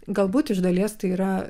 galbūt iš dalies tai yra